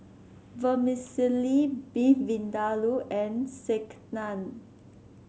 Vermicelli Beef Vindaloo and Sekihan